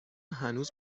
هنوز